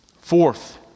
Fourth